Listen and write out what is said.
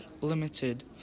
limited